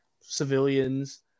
civilians